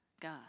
God